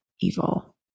evil